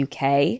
UK